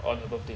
on her birthday